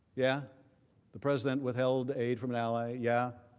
yeah the president withheld aid from an ally, yeah